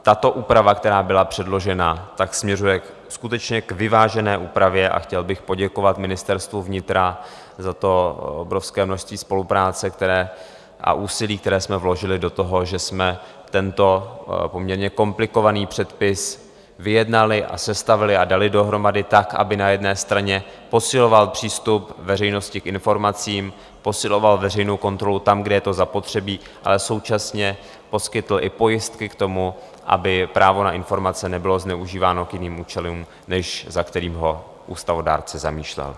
Tato úprava, která byla předložena, směřuje skutečně k vyvážené úpravě a chtěl bych poděkovat Ministerstvu vnitra za obrovské množství spolupráce a úsilí, které jsme vložili do toho, že jsme tento poměrně komplikovaný předpis vyjednali, sestavili a dali dohromady tak, aby na jedné straně posiloval přístup veřejnosti k informacím, posiloval veřejnou kontrolu tam, kde je to zapotřebí, ale současně poskytl i pojistky k tomu, aby právo na informace nebylo zneužíváno k jiným účelům, než na které ho ústavodárce zamýšlel.